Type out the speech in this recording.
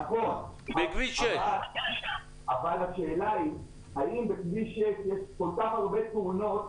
בכביש 6. השאלה היא האם בכביש 6 יש כל כך הרבה תאונות